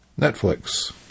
Netflix